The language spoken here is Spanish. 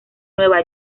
nueva